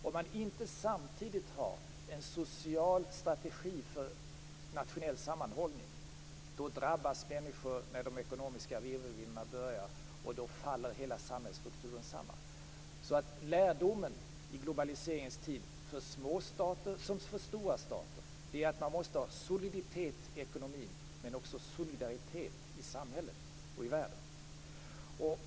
Om man inte samtidigt har en social strategi för nationell sammanhållning drabbas människor när de ekonomiska virvelvindarna börjar blåsa, och då faller hela samhällsstrukturen samman. Lärdomen, i globaliseringens tid, för små stater som för stora stater, är att man måste ha soliditet i ekonomin, men också solidaritet i samhället och i världen.